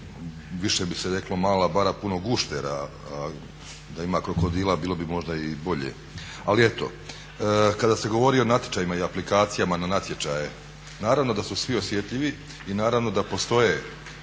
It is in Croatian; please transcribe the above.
više bi se reklo mala bara puno guštera, da ima krokodila bilo bi možda i bolje, ali eto. Kada se govori o natječajima i aplikacijama na natječaje, naravno da su svi osjetljivi i naravno da postoje